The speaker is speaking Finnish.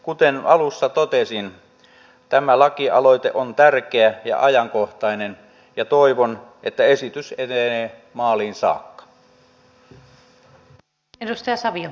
kuten alussa totesin tämä lakialoite on tärkeä ja ajankohtainen ja toivon että esitys etenee maaliin saakka